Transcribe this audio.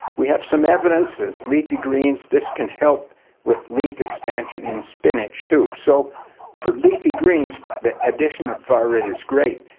we have some evidence as leafy greens this can help with leaf expansion in spinach, too. so for leafy greens the addition of far-red is great.